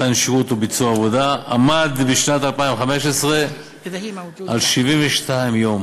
מתן שירות או ביצוע עבודה עמד בשנת 2015 על 72 יום.